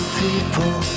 people